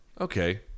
okay